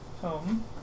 home